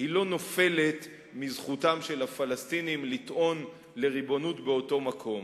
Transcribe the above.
לא נופלת מזכותם של הפלסטינים לטעון לריבונות באותו מקום.